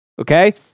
Okay